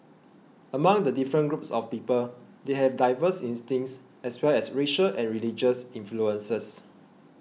among the different groups of people they have diverse instincts as well as racial and religious influences